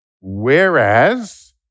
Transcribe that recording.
Whereas